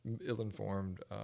ill-informed